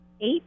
eight